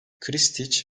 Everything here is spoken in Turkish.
krstiç